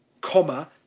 comma